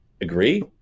agree